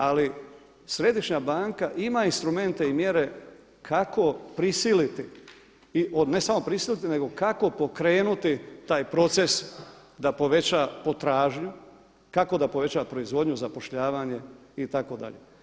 Ali središnja banka ima instrumente i mjere kako prisiliti ne samo prisiliti nego kako pokrenuti taj proces da poveća potražnju, kako da poveća proizvodnju, zapošljavanje itd.